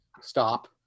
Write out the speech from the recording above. stop